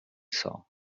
saw